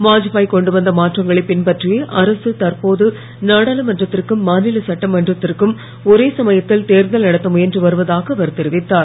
வாத்பாய் கொண்டுவந்த மாற்றங்களை பின்பற்றியே அரசு தற்போது நாடாளுமன்றத்திற்கும் மாநில சட்டமன்றத்திற்கும் ஒரே சமயத்தில் தேர்தல் நடந்த முயன்று வருவதாக அவர் தெரிவித்தார்